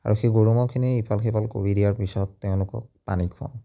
আৰু সেই গৰু ম'হখিনি ইফাল সিফাল কৰি দিয়াৰ পিছত তেওঁলোকক পানী খোৱাওঁ